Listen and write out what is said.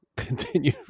continue